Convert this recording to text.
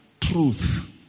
truth